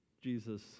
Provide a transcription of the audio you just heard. Jesus